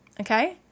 Okay